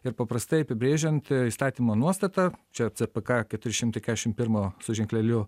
ir paprastai apibrėžiant įstatymo nuostata čia cpk keturi šimtai kešim pirmo su ženkleliu